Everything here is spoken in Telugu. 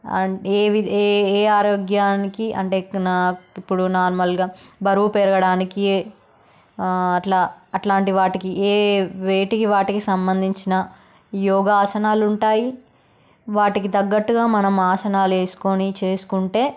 అం ఏవి ఏ ఏ ఆరోగ్యానికి అంటే నా ఇప్పుడు నార్మల్గా బరువు పెరగడానికి అలా అలాంటి వాటికి ఏ వేటికి వాటికి సంబంధించిన యోగాసనాలు ఉంటాయి వాటికి తగ్గట్టుగా మనం ఆసనాలు వేసుకొని చేసుకుంటే